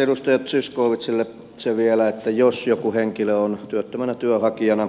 edustaja zyskowiczille se vielä että jos joku henkilö on työttömänä työnhakijana